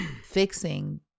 fixing